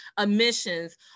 emissions